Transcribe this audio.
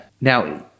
Now